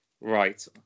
Right